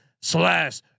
slash